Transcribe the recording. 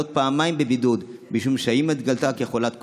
פעמיים בבידוד משום שהאימא התגלתה כחולת קורונה,